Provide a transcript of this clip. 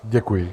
Děkuji.